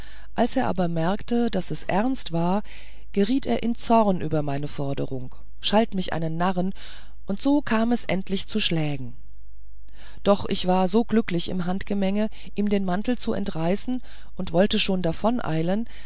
als er aber merkte daß es ernst war geriet er in zorn über meine forderung schalt mich einen narren und so kam es endlich zu schlägen doch ich war so glücklich im handgemeng ihm den mantel zu entreißen und wollte schon